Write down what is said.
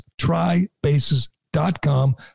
trybases.com